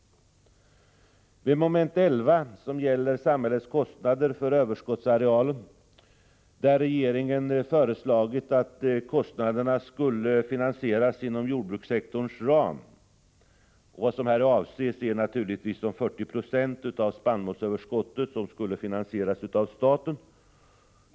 I mom. 11, som gäller samhällets kostnader för överskottsarealen, har regeringen föreslagit att kostnaderna skulle finansieras inom jordbrukssektorns ram. Vad som här avses är naturligtvis de 40 96 av spannmålsöverskottet som skulle finansieras av staten.